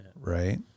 Right